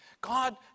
God